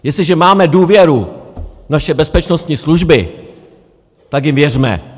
Jestliže máme důvěru v naše bezpečnostní služby, tak jim věřme!